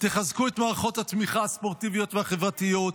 תחזקו את מערכות התמיכה הספורטיביות והחברתיות.